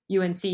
UNC